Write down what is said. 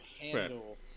handle